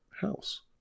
house